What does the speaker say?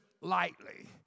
lightly